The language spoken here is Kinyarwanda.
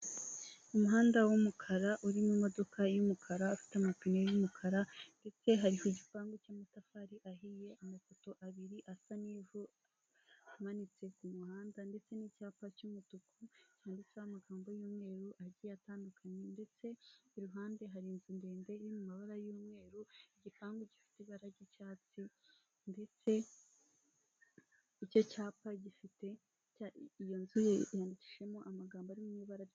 Umugore wambaye ikanzu y'amabara impande ye umusore uhetse igikapu cy'umutuku imbere yabo hari umugabo wambaye imyenda y'icyatsi kibisi, ushinzwe umutekano inyuma yabo inyubako ndende ikorerwamo ubucuruzi.